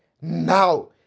now